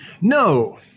No